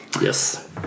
Yes